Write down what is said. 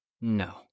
No